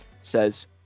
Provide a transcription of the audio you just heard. says